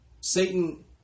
Satan